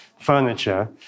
furniture